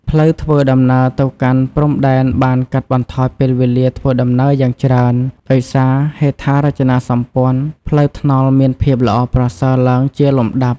ផ្លូវធ្វើដំណើរទៅកាន់ព្រំដែនបានកាត់បន្ថយពេលវេលាធ្វើដំណើរយ៉ាងច្រើន ដោយសារហេដ្ឋារចនាសម្ព័ន្ធផ្លូវថ្នល់មានភាពល្អប្រសើរឡើងជាលំដាប់។